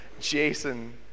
Jason